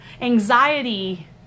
anxiety